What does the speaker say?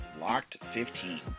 LOCKED15